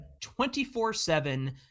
24-7